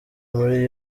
muri